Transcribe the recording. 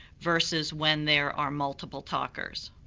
versus when there are multiple talkers.